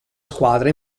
squadra